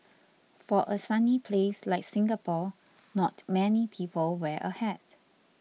for a sunny place like Singapore not many people wear a hat